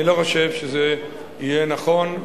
אני לא חושב שזה יהיה נכון,